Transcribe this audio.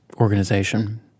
organization